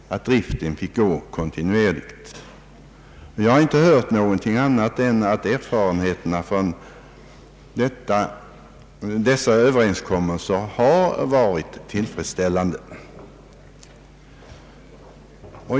Jag har inte hört någonting annat än att erfarenheterna från dessa överenskommelser har varit tillfredsställande.